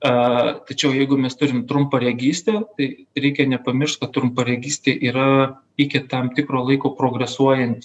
a tačiau jeigu mes turim trumparegystę tai reikia nepamiršt kad trumparegystė yra iki tam tikro laiko progresuojant